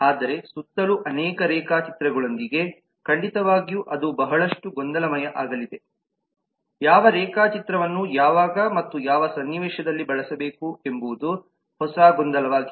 ಆದರೆ ಸುತ್ತಲೂ ಅನೇಕ ರೇಖಾಚಿತ್ರಗಳೊಂದಿಗೆ ಖಂಡಿತವಾಗಿಯೂ ಅದು ಬಹಳಷ್ಟು ಗೊಂದಲಮಯ ಆಗಲಿದೆ ಯಾವ ರೇಖಾಚಿತ್ರವನ್ನು ಯಾವಾಗ ಮತ್ತು ಯಾವ ಸನ್ನಿವೇಶದಲ್ಲಿ ಬಳಸಬೇಕು ಎಂಬುದು ಹೊಸ ಗೊಂದಲವಾಗಿದೆ